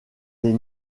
les